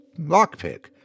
lockpick